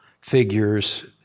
figures